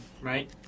right